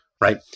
right